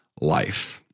life